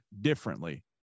differently